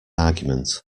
argument